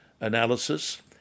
analysis